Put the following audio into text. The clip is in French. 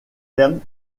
termes